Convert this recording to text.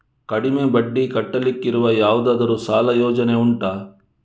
ಕಡಿಮೆ ಬಡ್ಡಿ ಕಟ್ಟಲಿಕ್ಕಿರುವ ಯಾವುದಾದರೂ ಸಾಲ ಯೋಜನೆ ಉಂಟಾ